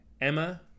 Emma